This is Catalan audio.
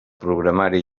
programari